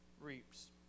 reaps